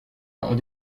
ont